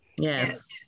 Yes